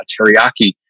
teriyaki